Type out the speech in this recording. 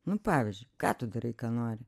nu pavyzdžiui ką tu darai ką nori